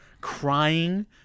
crying